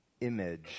image